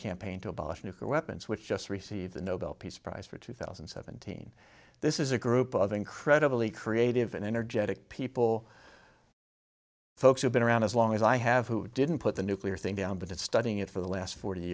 abolish nuclear weapons which just received the nobel peace prize for two thousand and seventeen this is a group of incredibly creative and energetic people folks who've been around as long as i have who didn't put the nuclear thing down but it's studying it for the last forty